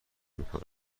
میکنن